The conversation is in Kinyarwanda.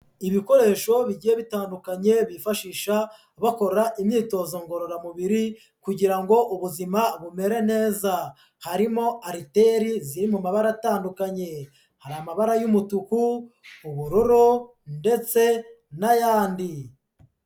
Ibikoresho bigiye bitandukanye bifashisha bakora imyitozo ngororamubiri kugira ngo ubuzima bumere neza, harimo ariteri ziri mu mabara atandukanye, hari amabara y'umutuku, ubururu ndetse n'ayandi.